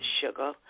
sugar